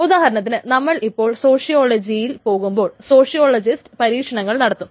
ഉദാഹരണത്തിന് നമ്മൾ ഇപ്പോൾ സോഷ്യോളജിയിൽ പോകുമ്പോൾ സോഷ്യോളജിസ്റ്റ് പരീക്ഷണങ്ങൾ നടത്തും